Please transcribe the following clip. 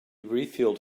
refilled